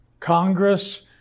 Congress